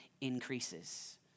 increases